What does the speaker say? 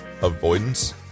avoidance